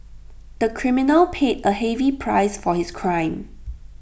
the criminal paid A heavy price for his crime